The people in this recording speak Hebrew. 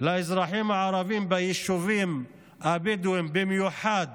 לאזרחים הערבים ביישובים הבדואיים, במיוחד